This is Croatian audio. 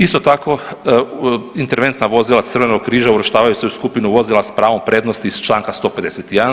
Isto tako interventna vozila Crvenog križa uvrštavaju se u skupinu vozila sa pravom prednosti iz članka 151.